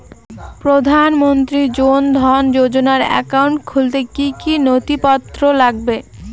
প্রধানমন্ত্রী জন ধন যোজনার একাউন্ট খুলতে কি কি নথিপত্র লাগবে?